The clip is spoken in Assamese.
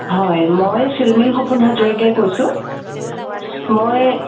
হয় মই চিলমিল সপোন হাজৰিকাই কৈছোঁ মই